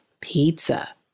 pizza